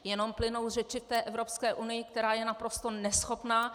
Jenom plynou řeči v té Evropské unii, která je naprosto neschopná!